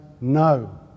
no